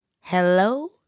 Hello